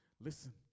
Listen